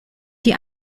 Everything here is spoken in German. die